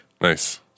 Nice